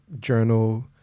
journal